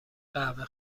قهوه